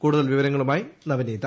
കൂടുതൽ വിവരങ്ങളുമായി നവനീത